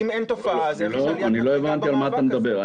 אני לא הבנתי על מה אתה מדבר.